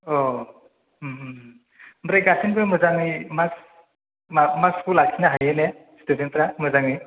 ओमफ्राय गासिनोबो मोजाङै मार्कस मार्कसखौ लाखिनो हायोने सिथुदेन्तफ्रा मोजाङै